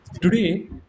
today